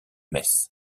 metz